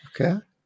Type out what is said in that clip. Okay